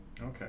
okay